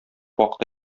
вакыты